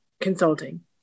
consulting